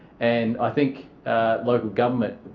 and i think local government